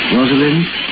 Rosalind